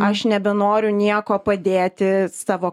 aš nebenoriu nieko padėti savo